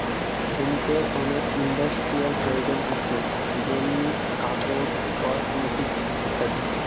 হেম্পের অনেক ইন্ডাস্ট্রিয়াল প্রয়োজন আছে যেমনি কাপড়, কসমেটিকস ইত্যাদি